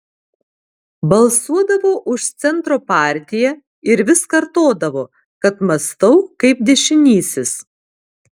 balsuodavo už centro partiją ir vis kartodavo kad mąstau kaip dešinysis